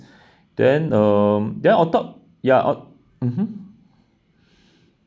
then um ya on top ya on mmhmm